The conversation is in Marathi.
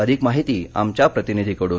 अधिक माहिती आमच्या प्रतिनिधीकडून